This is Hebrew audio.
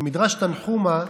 במדרש תנחומא,